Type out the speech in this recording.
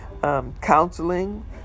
Counseling